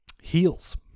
heels